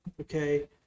okay